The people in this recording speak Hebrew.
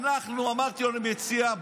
אמרתי: אני מציע,